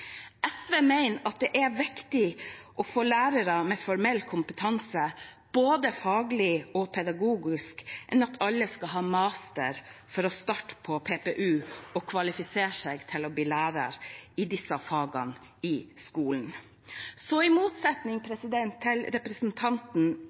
SV mener det er viktigere å få lærere med formell kompetanse både faglig og pedagogisk, enn at alle skal ha master for å starte på PPU og kvalifisere seg til å bli lærere i disse fagene i skolen. Så i motsetning